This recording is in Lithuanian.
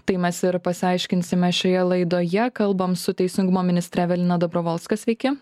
tai mes ir pasiaiškinsime šioje laidoje kalbam su teisingumo ministre evelina dobrovolska sveiki